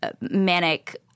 manic